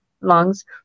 lungs